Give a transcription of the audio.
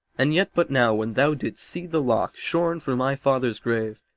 and yet but now, when thou didst see the lock shorn for my father's grave,